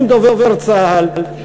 עם דובר צה"ל,